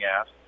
asked